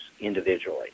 individually